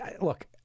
look